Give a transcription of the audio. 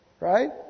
right